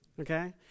okay